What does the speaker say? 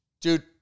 dude